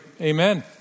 Amen